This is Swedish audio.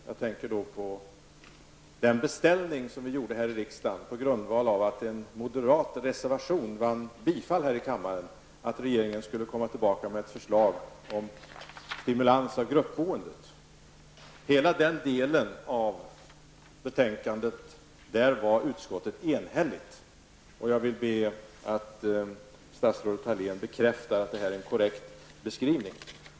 Jag tänker då på den beställning som vi gjorde här i riksdagen, på grundval att en moderat reservation vann bifall här i kammaren, att regeringen skulle komma tillbaka med ett förslag om stimulans av gruppboendet. Utskottet var enigt i hela den delen av betänkandet. Jag vill be att statsrådet Thalén bekräftar att detta är en korrekt beskrivning.